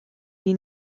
die